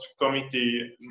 committee